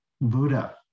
Buddha